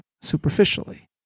superficially